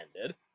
ended